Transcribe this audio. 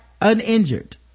uninjured